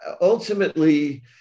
ultimately